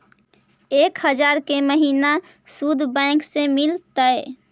एक हजार के महिना शुद्ध बैंक से मिल तय?